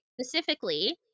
specifically